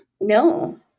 No